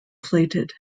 plated